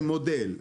כמודל.